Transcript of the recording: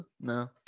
no